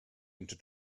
into